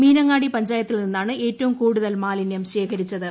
മീനങ്ങാടി പഞ്ചായത്തിൽ നിന്നാണ് ഏറ്റവും കൂടുതൽ മാലിന്യം ശേഖരിച്ചത്